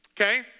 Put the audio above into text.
Okay